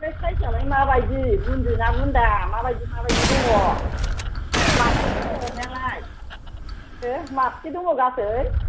ओमफ्राय साइज आलाय माबायदि बुन्दि ना बुन्दा माबायदि माबायदि दङ माबेसे दङ अमायालाय मा माबेसे दङ जाखो